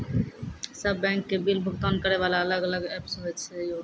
सब बैंक के बिल भुगतान करे वाला अलग अलग ऐप्स होय छै यो?